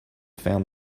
found